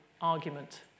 argument